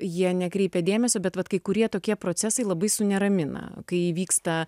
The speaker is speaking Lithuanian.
jie nekreipė dėmesio bet vat kai kurie tokie procesai labai suneramina kai vyksta